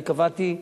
אני קבעתי,